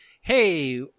hey